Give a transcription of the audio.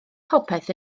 popeth